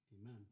Amen